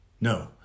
No